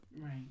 Right